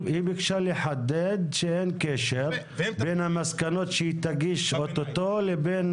ביקשה לחדד שאין קשר בין המסקנות שהיא תגיש אוטוטו לבין